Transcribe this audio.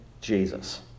Jesus